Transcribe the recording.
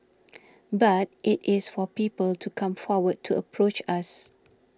but it is for people to come forward to approach us